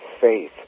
faith